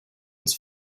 uns